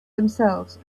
themselves